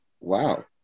Wow